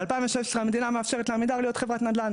ב-2016 המדינה מאפשרת לעמידר להיות חברת נדל"ן.